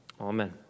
Amen